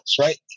right